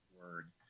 word